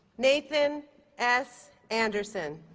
nathan s. andersen